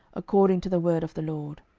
according to the word of the lord.